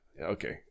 Okay